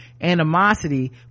animosity